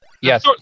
Yes